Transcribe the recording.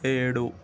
ఏడు